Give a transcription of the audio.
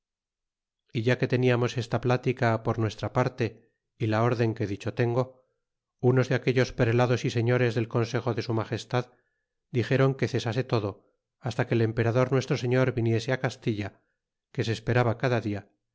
e ya que teniamos esta plática par unestra parte y la den que dicho tengo unos de aquellos prelados y señores del consejo de su magestad dixéron que cesase todo hasta que el emperador nuestro señor viniese castilla que se esperaba cada dia